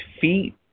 feet